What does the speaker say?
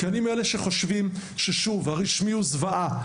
אני מאלה שחושבים שהרשמי הוא זוועה,